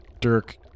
Dirk